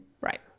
Right